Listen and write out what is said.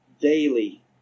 daily